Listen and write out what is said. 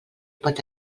pot